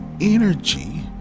energy